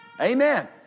Amen